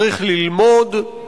צריך ללמוד,